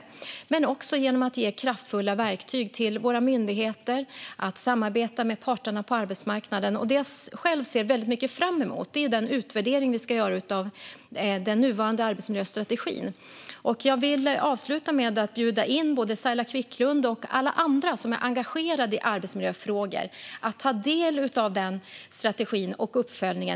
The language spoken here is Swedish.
Det handlar också om att ge kraftfulla verktyg till våra myndigheter för att samarbeta med parterna på arbetsmarknaden. Det jag själv ser väldigt mycket fram emot är den utvärdering vi ska göra av den nuvarande arbetsmiljöstrategin. Jag vill avsluta med att bjuda in både Saila Quicklund och alla andra som är engagerade i arbetsmiljöfrågor att ta del av denna strategi och av uppföljningen.